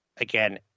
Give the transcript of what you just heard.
Again